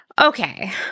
Okay